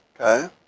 Okay